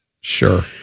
Sure